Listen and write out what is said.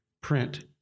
print